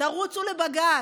תרוצו לבג"ץ,